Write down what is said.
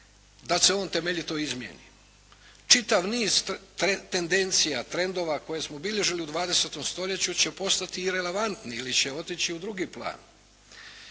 da se on temeljito izmijeni. Čitav niz tendencija, trendova koje smo obilježili u 20 stoljeću će postati irelevantni ili će otići u drugi plan.